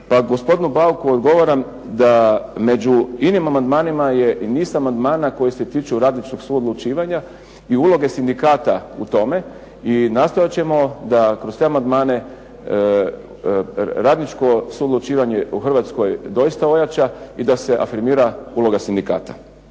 pa gospodinu Bauku odgovaram da među inim amandmanima je i niz amandmana koji se tiče radničkog suodlučivanja i uloge sindikata u tome i nastojat ćemo da kroz te amandmane radničko suodlučivanje u Hrvatskoj doista ojača i da se afirmira uloga sindikata.